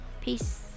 peace